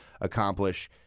accomplish